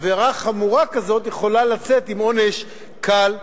עבירה חמורה כזאת יכולה לצאת עם עונש קל מאוד.